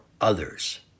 others